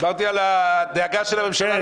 דיברתי על הדאגה של הממשלה לחיי אדם.